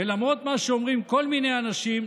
ולמרות מה שאומרים כל מיני אנשים,